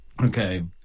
Okay